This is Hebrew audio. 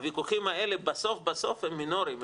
הוויכוחים האלה בסוף בסוף הם מינוריים,